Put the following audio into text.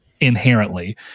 inherently